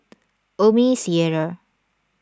Omni theatre